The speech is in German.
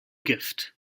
gift